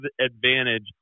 advantage